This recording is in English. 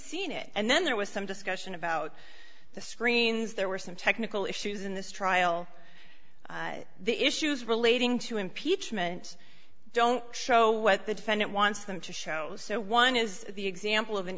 seen it and then there was some discussion about the screens there were some technical issues in this trial the issues relating to impeachment don't show what the defendant wants them to show so one is the example of an